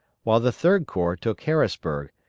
while the third corps took harrisburg,